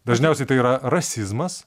dažniausiai tai yra rasizmas